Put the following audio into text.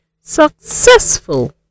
successful